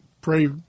Pray